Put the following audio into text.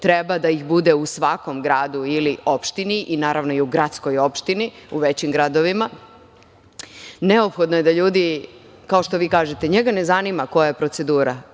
Treba da ih bude u svakom gradu ili opštini, a naravno i u gradskoj opštini u većim gradovima. Neophodno je da ljudi, kao što vi kažete, njega ne zanima koja je procedura,